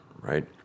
right